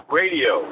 radio